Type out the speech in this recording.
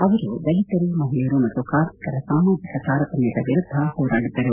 ಅವರು ದಲಿತರು ಮಹಿಳೆಯರು ಮತ್ತು ಕಾರ್ಮಿಕರ ಸಾಮಾಜಿಕ ತಾರತಮ್ಯದ ವಿರುದ್ದ ಹೋರಾಡಿದ್ದರು